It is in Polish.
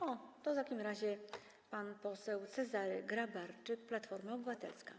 O, to w takim razie pan poseł Cezary Grabarczyk, Platforma Obywatelska.